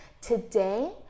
today